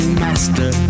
master